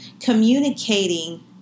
communicating